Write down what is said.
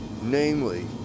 Namely